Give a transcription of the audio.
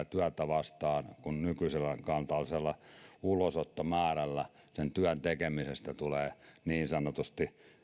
työtä vastaan kun nykyisenkaltaisella ulosottomäärällä sen työn tekemisestä tulee niin sanotusti